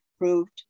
approved